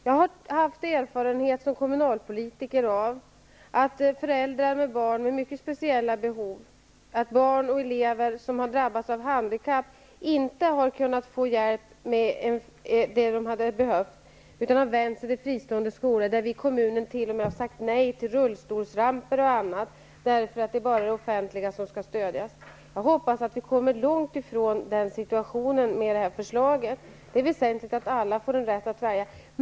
Jag har som kommunalpolitiker haft erfarenhet av att föräldrar till barn med mycket speciella behov, t.ex. sådana elever som har drabbats av handikapp, inte har kunnat få den hjälp de hade behövt. De har då vänt sig till de fristående skolorna, och där har kommunerna t.o.m. sagt nej till rullstolsramper och annat, eftersom det bara är det offentliga som skall stödjas. Jag hoppas att vi med detta förslag kommer långt ifrån den situationen. Det är väsentligt att alla får en rätt att välja.